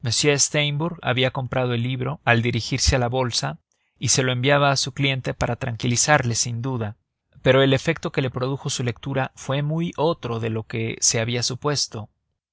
había comprado el libro al dirigirse a la bolsa y se lo enviaba a su cliente para tranquilizarle sin duda pero el efecto que le produjo su lectura fue muy otro de lo que se había supuesto